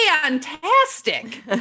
fantastic